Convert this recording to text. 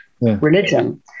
religion